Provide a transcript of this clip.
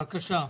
בבקשה.